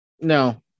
No